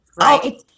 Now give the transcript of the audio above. Right